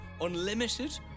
unlimited